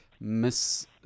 miss